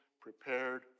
prepared